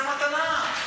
זה מתנה,